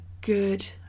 good